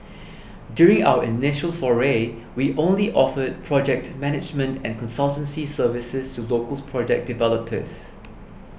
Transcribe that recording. during our initial foray we only offered project management and consultancy services to local project developers